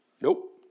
Nope